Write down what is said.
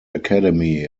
academy